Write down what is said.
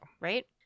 Right